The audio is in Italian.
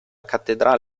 cattedrale